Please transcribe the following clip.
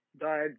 died